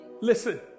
Listen